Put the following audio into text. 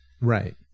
right